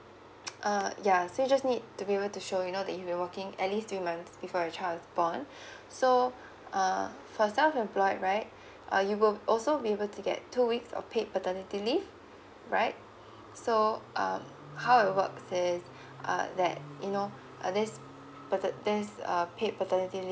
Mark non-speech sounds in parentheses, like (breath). uh yeah so just need to be able to show you know that you're working at least three months before your child's born (breath) so uh for self employed right uh you would also be able to get two weeks of paid paternity leave right so um how it works is uh that you know uh this pater~ this uh paid paternity leave